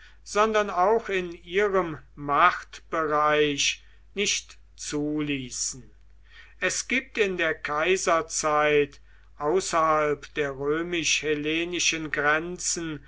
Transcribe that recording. sondern auch in ihrem machtbereich nicht zuließen es gibt in der kaiserzeit außerhalb der römisch hellenischen grenzen